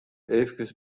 eefkes